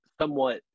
somewhat